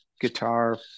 guitar